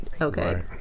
Okay